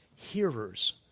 hearers